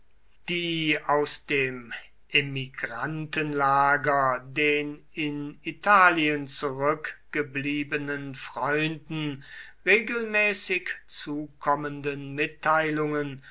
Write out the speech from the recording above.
die aus dem emigrantenlager den in italien zurückgebliebenen freunden regelmäßig zukommenden mitteilungen